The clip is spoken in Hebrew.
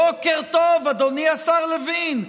בוקר טוב, אדוני השר לוין.